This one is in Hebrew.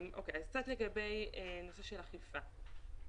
לגבי נושא של אכיפה.